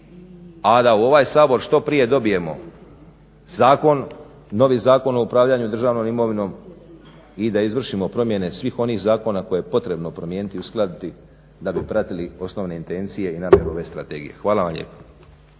a da u ovaj Sabor što prije dobijemo zakon novi Zakon o upravljanju državnom imovinom i da izvršimo promjene svih onih zakona koje je potrebno promijeniti i uskladiti da bi pratili osnovne intencije i namjeru ove strategije. Hvala vam lijepo.